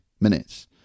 minutes